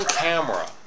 camera